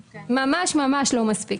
ממש-ממש לא מספיק.